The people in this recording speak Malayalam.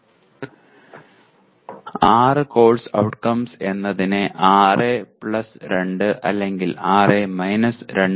6 കോഴ്സ് ഔട്ട്കംസ് എന്നതിനെ 6 2 അല്ലെങ്കിൽ 6 2